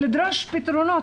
לדרוש פתרונות.